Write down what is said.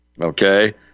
okay